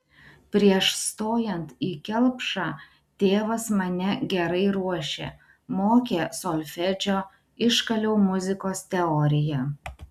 prieš stojant į kelpšą tėvas mane gerai ruošė mokė solfedžio iškaliau muzikos teoriją